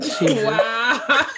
Wow